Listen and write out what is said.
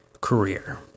career